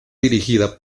dirigida